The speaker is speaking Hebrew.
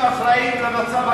מיהם האחראים למצב,